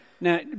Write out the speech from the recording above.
Now